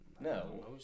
No